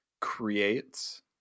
creates